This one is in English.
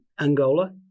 Angola